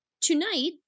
Tonight